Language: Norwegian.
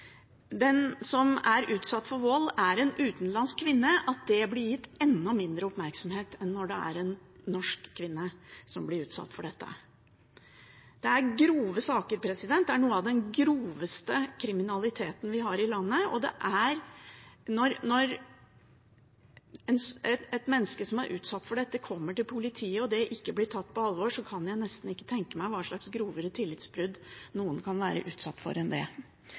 den som er utsatt for vold, er en utenlandsk kvinne og at det blir gitt enda mindre oppmerksomhet enn når det er en norsk kvinne som blir utsatt for dette. Dette er grove saker. Det er noe av den groveste kriminaliteten vi har i landet, og når et menneske som er utsatt for dette, kommer til politiet og det ikke blir tatt på alvor, så kan jeg nesten ikke tenke meg hva slags grovere tillitsbrudd noen kan være utsatt for enn det.